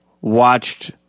watched